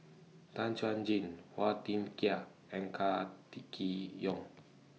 Tan Chuan Jin Phua Thin Kiay and Car T Kee Yong